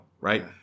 right